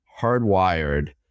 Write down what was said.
hardwired